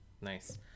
nice